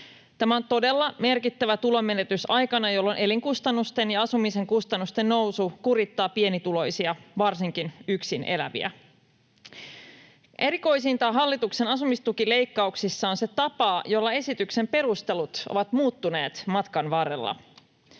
Tämä on todella merkittävä tulonmenetys aikana, jolloin elinkustannusten ja asumisen kustannusten nousu kurittaa pienituloisia, varsinkin yksin eläviä. Erikoisinta hallituksen asumistukileikkauksissa on se tapa, jolla esityksen perustelut ovat muuttuneet matkan varrella.